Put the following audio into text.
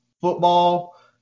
football